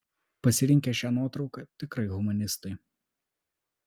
pasirinkę šią nuotrauką tikrai humanistai